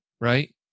right